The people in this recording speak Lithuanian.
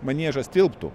maniežas tilptų